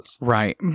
Right